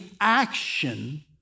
action